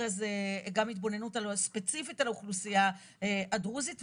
איזה גם התבוננות ספציפית על האוכלוסייה הדרוזית.